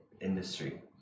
industry